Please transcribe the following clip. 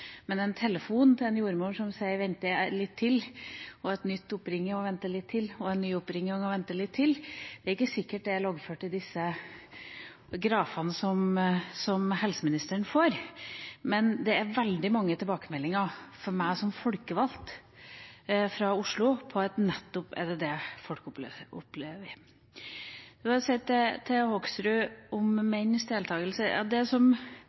men det er ikke sikkert at en telefon til en jordmor som sier man skal vente litt til, og en ny oppringning og igjen vente litt til, og en ny oppringning og enda mer venting, blir loggført i disse grafene som helseministeren får. Men det er veldig mange tilbakemeldinger til meg som folkevalgt fra Oslo på at det nettopp er det folk opplever. Jeg vil si til representanten Hoksrud om